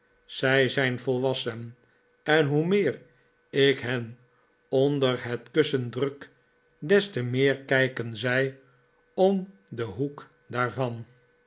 zij zijn volwassen en hoe meer ik hen onder het kussen druk des te meer kijken zij om den hoek daarvan